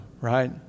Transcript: right